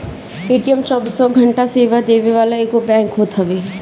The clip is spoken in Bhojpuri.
ए.टी.एम चौबीसों घंटा सेवा देवे वाला एगो बैंक होत हवे